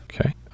Okay